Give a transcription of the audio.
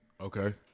Okay